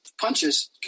Punches